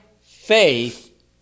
faith